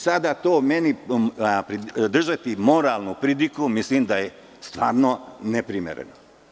Sada meni držati moralnu pridiku, mislim da je stvarno neprimereno.